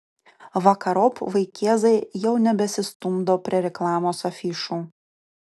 vakarop vaikėzai jau nebesistumdo prie reklamos afišų